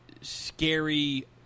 scary